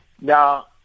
Now